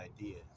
ideas